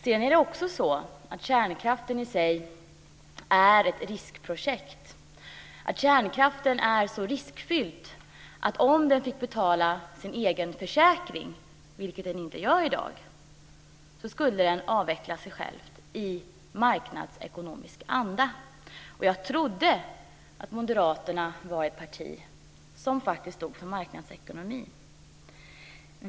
Sedan är det också så att kärnkraften i sig är ett riskprojekt. Den är så riskfylld att om den fick betala sin egen försäkring, vilket den inte gör i dag, skulle den avveckla sig själv i marknadsekonomisk anda. Jag trodde att Moderaterna var ett parti som faktiskt stod för marknadsekonomi.